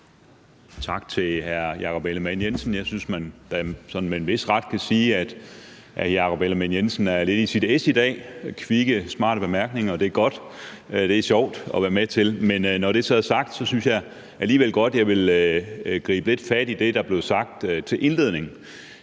Tak til hr. Jakob Ellemann-Jensen. Jeg synes, man sådan med en vis ret kan sige, at Jakob Ellemann-Jensen er lidt i sit es i dag med kvikke, smarte bemærkninger, og det er godt; det er sjovt at være med til. Men når det så er sagt, synes jeg alligevel godt, jeg vil gribe lidt fat i det, der blev sagt til indledning,